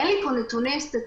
אין לי פה נתונים סטטיסטיים,